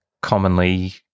commonly